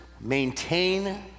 maintain